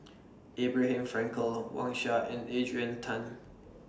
Abraham Frankel Wang Sha and Adrian Tan